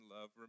love